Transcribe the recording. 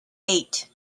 eight